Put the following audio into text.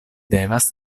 devas